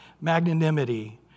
magnanimity